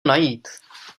najít